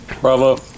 Bravo